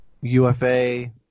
UFA